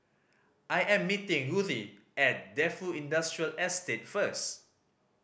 I am meeting Ruthie at Defu Industrial Estate first